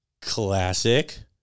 classic